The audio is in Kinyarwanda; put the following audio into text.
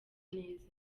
neza